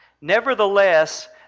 Nevertheless